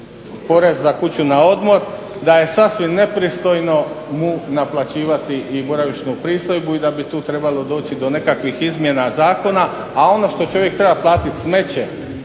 porez na kuću za odmor da je sasvim nepristojno mu naplaćivati i boravišnu pristojbu i da bi tu trebalo doći do nekakvih izmjena zakona. a ono što treba čovjek platiti smeće,